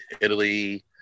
Italy